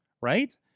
right